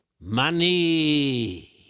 money